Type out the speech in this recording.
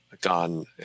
gone